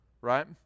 Right